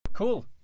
Cool